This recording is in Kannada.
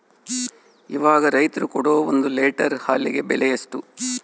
ಇವಾಗ ರೈತರು ಕೊಡೊ ಒಂದು ಲೇಟರ್ ಹಾಲಿಗೆ ಬೆಲೆ ಎಷ್ಟು?